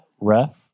ref